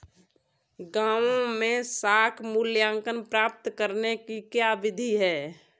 गाँवों में साख मूल्यांकन प्राप्त करने की क्या विधि है?